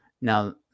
Now